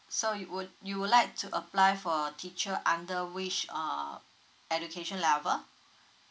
so you would you would like to apply for teacher under which uh education level